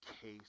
case